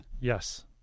Yes